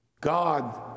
God